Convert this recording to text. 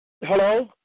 Hello